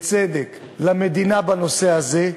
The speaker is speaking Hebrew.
ובצדק, למדינה בנושא הזה,